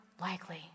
likely